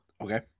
Okay